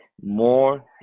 more